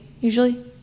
usually